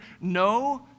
no